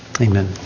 Amen